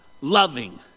Loving